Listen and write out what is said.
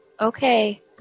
Okay